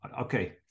okay